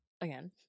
again